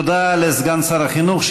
תודה לסגן שר החינוך.